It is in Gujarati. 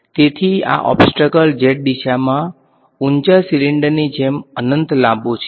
તેથી આ ઓબ્સ્ટકલ z દિશામાં ઊંચા સિલિન્ડરની જેમ અનંત લાંબો છે